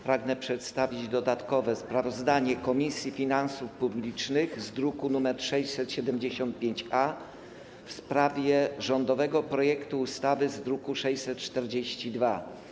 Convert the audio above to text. Pragnę przedstawić dodatkowe sprawozdanie Komisji Finansów Publicznych z druku nr 675-A w sprawie rządowego projektu ustawy z druku nr 642.